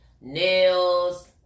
nails